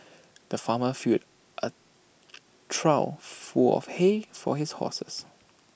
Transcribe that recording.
the farmer filled A trough full of hay for his horses